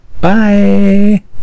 Bye